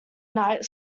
night